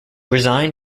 resigned